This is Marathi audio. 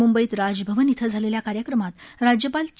मुंबईत राजभवन इथं झालेल्या कार्यक्रमात राज्यपाल चे